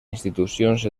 institucions